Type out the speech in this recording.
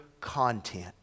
content